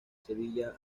sevilla